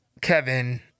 Kevin